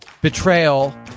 betrayal